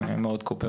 הם מאוד קואופרטיביים.